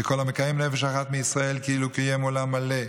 וכל המקיים נפש אחת מישראל כאילו קיים עולם מלא.